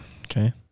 okay